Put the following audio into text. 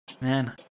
Man